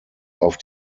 auf